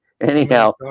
Anyhow